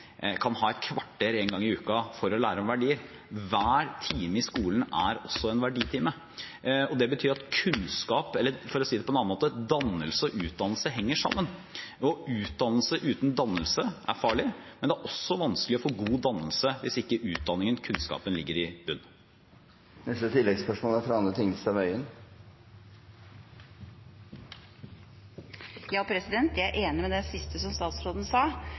kan ha et kvarter én gang i uken for å lære om verdier. Hver time i skolen er også en verditime. Det betyr at dannelse og utdannelse henger sammen. Utdannelse uten dannelse er farlig, men det er også vanskelig å få god dannelse hvis ikke utdannelsen, kunnskapen, ligger i bunn. Anne Tingelstad Wøien – til oppfølgingsspørsmål. Jeg er enig i det siste som statsråden sa,